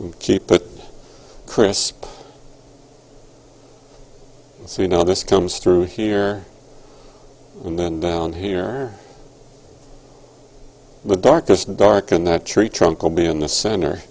and keep it crisp so you know this comes through here and then down here the darkest dark and the tree trunk will be in the center